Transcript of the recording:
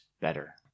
better